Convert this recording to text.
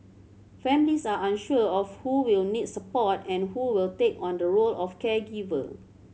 families are unsure of who will need support and who will take on the role of caregiver